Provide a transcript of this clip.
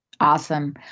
Awesome